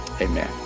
amen